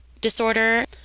disorder